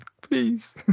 please